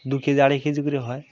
দু K G আড়াই K G করে হয়